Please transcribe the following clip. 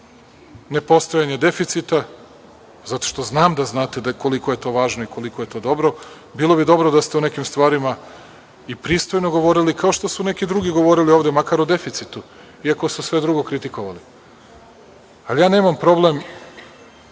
nepostojanje deficita zato što znam da znate koliko je to važno i koliko je to dobro. Bilo bi dobro da ste o nekim stvarima pristojno govorili, kao što su drugi govorili ovde makar o deficitu iako su sve drugo kritikovali. Nemam problem,